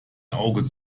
auge